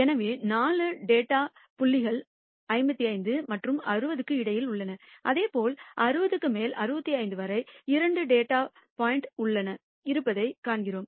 எனவே 4 டேட்டா புள்ளிகள் 55 மற்றும் 60 க்கு இடையில் உள்ளன அதேபோல் 60 க்கு மேல் மற்றும் 65 வரை இரண்டு டேட்டா புள்ளிகள் இருப்பதைக் காண்கிறோம்